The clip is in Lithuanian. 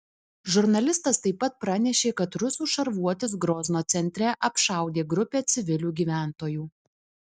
žurnalistas taip pat pranešė kad rusų šarvuotis grozno centre apšaudė grupę civilių gyventojų